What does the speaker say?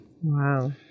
Wow